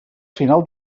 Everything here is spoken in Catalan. final